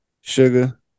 sugar